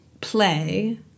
play